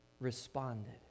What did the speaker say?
responded